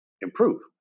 improve